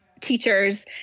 teachers